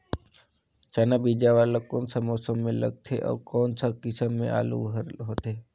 चाना बीजा वाला कोन सा मौसम म लगथे अउ कोन सा किसम के आलू हर होथे?